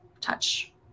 touch